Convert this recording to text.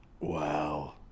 Wow